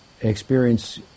experience